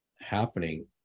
happening